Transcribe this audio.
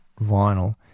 vinyl